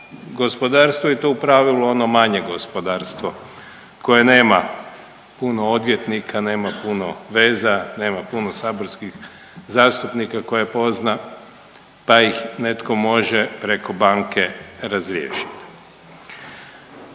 gospodarstvu i to u pravilu ono manje gospodarstvo koje nema puno odvjetnika, nema puno veza, nema puno saborskih zastupnika koje pozna pa ih netko može preko banke razriješiti.